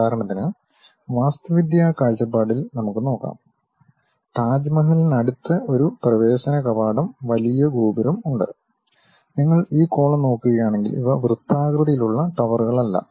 ഉദാഹരണത്തിന് വാസ്തുവിദ്യാ കാഴ്ചപ്പാടിൽ നമുക്ക് നോക്കാം താജ്മഹലിനടുത്ത് ഒരു പ്രവേശന കവാടം വലിയ ഗോപുരം ഉണ്ട് നിങ്ങൾ ഈ കോളം നോക്കുകയാണെങ്കിൽ ഇവ വൃത്താകൃതിയിലുള്ള ടവറുകളല്ല